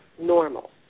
normal